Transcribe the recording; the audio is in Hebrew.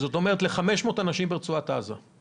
זאת אומרת ל-500 אנשים ברצועת עזה.